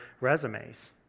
resumes